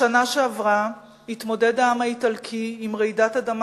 בשנה שעברה התמודד העם האיטלקי עם רעידת אדמה